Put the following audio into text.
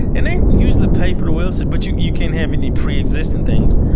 and they usually pay pretty well, so but you you can't have any preexisting things.